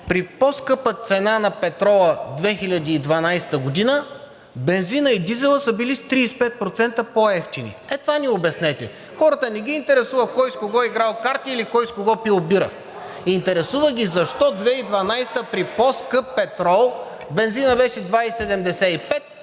при по-скъпа цена на петрола 2012 г., бензинът и дизелът са били с 35% по-евтини? Ей това ни обяснете. Хората не ги интересува кой с кого е играл карти или кой с кого е пил бира, интересува ги защо 2012 г. при по-скъп петрол бензинът беше 2,75,